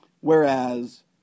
whereas